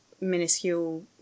minuscule